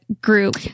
group